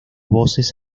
voces